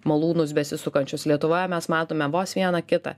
malūnus besisukančius lietuvoje mes matome vos vieną kitą